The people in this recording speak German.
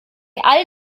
all